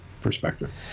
perspective